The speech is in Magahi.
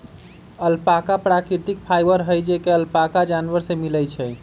अल्पाका प्राकृतिक फाइबर हई जे अल्पाका जानवर से मिलय छइ